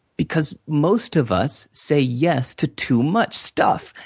because most of us say yes to too much stuff,